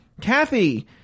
Kathy